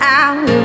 out